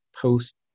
post